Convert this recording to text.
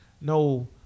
no